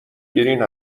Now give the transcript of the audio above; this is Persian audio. گرین